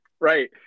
right